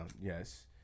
yes